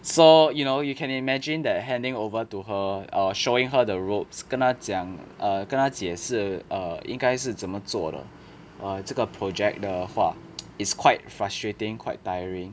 so you know you can imagine that handing over to her or showing her the ropes 跟他讲 err 跟他解释 err 应该是怎么做的 err 这个 project 的话 is quite frustrating quite tiring